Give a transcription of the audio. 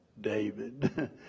David